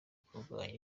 kurwanya